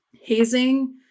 hazing